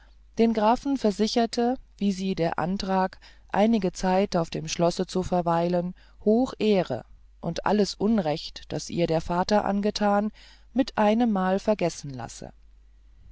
den grafen versicherte wie sie der antrag einige zeit auf dem schlosse zu verweilen hoch ehre und alles unrecht das ihr der vater angetan mit einemmal vergessen lasse